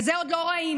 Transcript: כזה עוד לא ראינו.